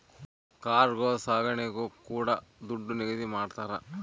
cargo ಸಾಗಣೆಗೂ ಕೂಡ ದುಡ್ಡು ನಿಗದಿ ಮಾಡ್ತರ